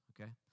okay